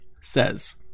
says